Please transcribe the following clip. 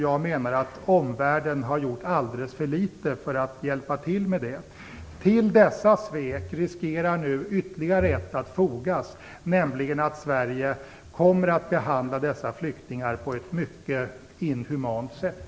Jag menar att omvärlden har gjort alldeles för litet för att hjälpa till med det. Till dessa svek riskerar nu ytterligare ett att fogas, nämligen att Sverige kommer att behandla dessa flyktingar på ett mycket inhumant sätt.